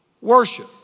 worship